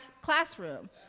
classroom